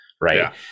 right